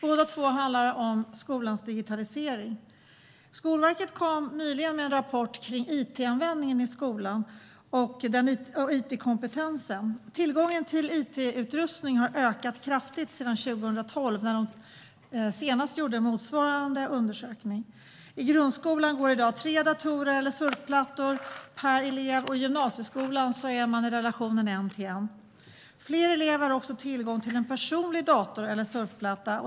Båda handlar om skolans digitalisering. Skolverket lade nyligen fram en rapport om it-användningen och it-kompetensen i skolan. Tillgången till it-utrustning har ökat kraftigt sedan 2012, när det senast gjordes en motsvarande undersökning. I grundskolan går i dag tre datorer eller surfplattor per elev, och i gymnasieskolan är relationen en till en. Fler elever har också tillgång till en personlig dator eller surfplatta.